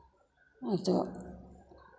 नहीं तो